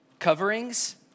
Coverings